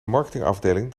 marketingafdeling